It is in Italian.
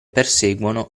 perseguono